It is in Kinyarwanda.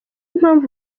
mpamvu